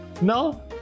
No